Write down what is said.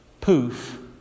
poof